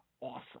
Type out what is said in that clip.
awesome